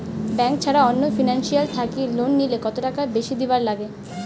Bank ছাড়া অন্য financial থাকি লোন নিলে কতটাকা বেশি দিবার নাগে?